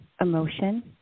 emotion